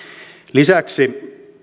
lisäksi